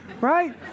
right